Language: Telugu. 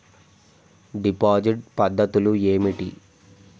డిపాజిట్ పద్ధతులు ఏమిటి?